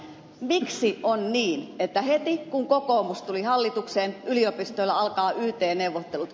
miksi on niin että heti kun kokoomus tuli hallitukseen yliopistoilla alkavat yt neuvottelut